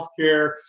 healthcare